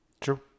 True